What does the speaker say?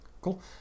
cool